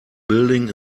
building